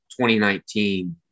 2019